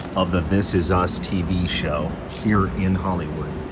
of the this is us t v. show, here in hollywood.